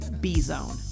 B-Zone